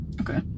Okay